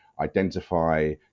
identify